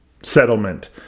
settlement